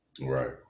Right